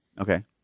Okay